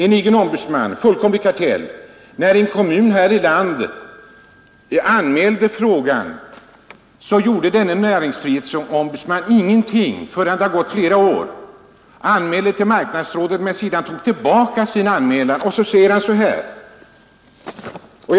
En kommun ute i landet hade till näringsfrihetsombudsmannen anmält ett ärende som rörde priset på elspisar, men NO gjorde ingenting åt saken förrän det hade gått flera år. Då anmälde han ärendet till marknadsrådet. Sedan tog han dock tillbaka anmälan igen och sade i det sammanhanget följande, som jag tycker är mycket underligt.